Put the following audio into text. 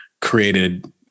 created